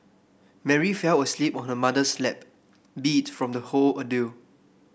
Mary fell asleep on her mother's lap beat from the whole ordeal